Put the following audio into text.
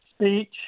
speech